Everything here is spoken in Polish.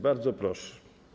Bardzo proszę.